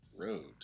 road